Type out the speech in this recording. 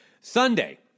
Sunday